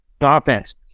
offense